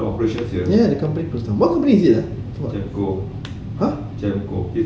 ya the company closed down what company is it ah !huh!